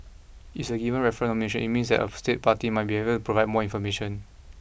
if it is given a referral of nomination it means that a state party may have to provide more information